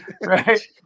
right